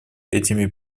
этими